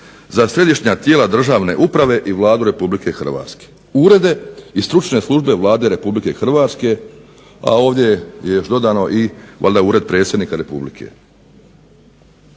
za središnja tijela državne uprave i Vladu Republike Hrvatske. Urede i stručne službe Vlade Republike Hrvatske, a ovdje je još dodano valjda i Ured Predsjednika Republike.